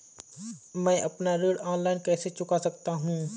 मैं अपना ऋण ऑनलाइन कैसे चुका सकता हूँ?